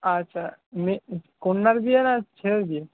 আচ্ছা মেয়ে কন্যার বিয়ে না ছেলের বিয়ে